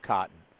Cotton